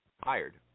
hired